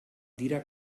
dira